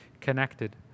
connected